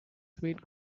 sweet